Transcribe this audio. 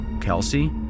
Kelsey